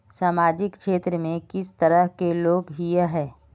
सामाजिक क्षेत्र में किस तरह के लोग हिये है?